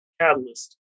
catalyst